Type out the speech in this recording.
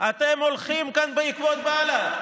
אתם הולכים כאן בעקבות בל"ד.